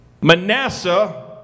Manasseh